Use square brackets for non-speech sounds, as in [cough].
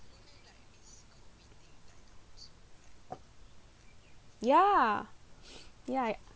ya [breath] ya